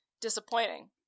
disappointing